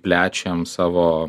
plečiam savo